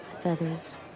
Feathers